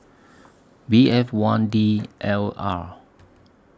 B F one D L R